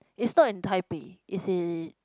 it's not in Taipei it's in